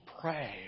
pray